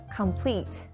complete